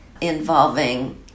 involving